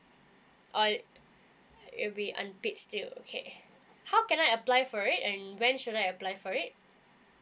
or it will be unpaid still okay how can I apply for it and when should I apply for it